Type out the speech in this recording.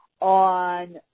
On